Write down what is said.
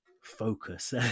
focus